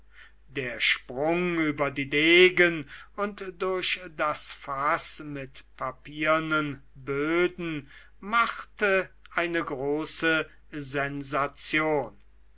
der sprung über die degen und durch das faß mit papiernen böden machte eine große sensation